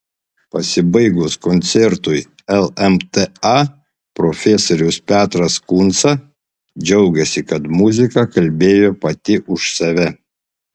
pasibaigus koncertui lmta profesorius petras kunca džiaugėsi kad muzika kalbėjo pati už save